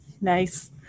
Nice